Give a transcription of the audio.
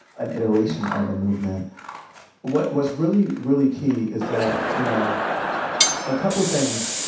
an iteration of a movement what was really, really key is that you know a couple of things.